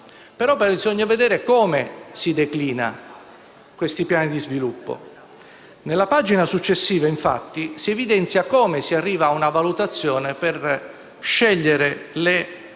ma bisogna vedere come si declinano i piani di sviluppo. Nella pagina successiva, infatti, si evidenzia come si arriva a una valutazione per scegliere gli